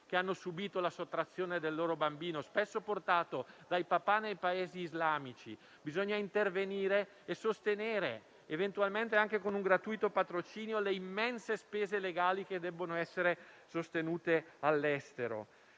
che hanno subito la sottrazione del loro bambino, spesso portato dai papà nei Paesi islamici. Bisogna intervenire e sostenere, eventualmente anche con un gratuito patrocinio, le immense spese legali che devono essere sostenute all'estero.